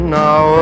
now